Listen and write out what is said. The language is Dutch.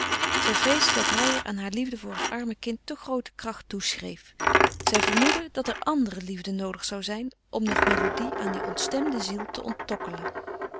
zij vreesde dat reijer aan haar liefde voor het arme kind te groote kracht toeschreef zij vermoedde dat er andere liefde noodig zou zijn om nog melodie aan die ontstemde ziel te onttokkelen